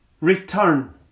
Return